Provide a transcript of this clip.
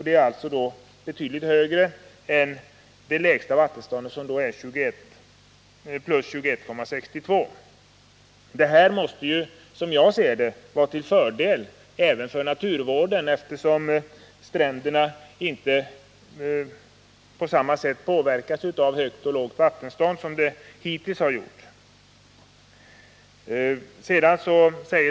Det är alltså betydligt högre än det lägsta vattenståndet, som är 21,62 m. Detta måste, som jag ser det, vara till fördel även för naturvården, eftersom stränderna inte påverkas av högt och lågt vattenstånd på samma sätt som hittills.